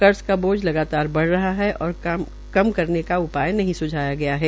कर्ज का बोझ लगातार बढ़ रहा है और कम करने का उपाय नहीं सुझाया गया है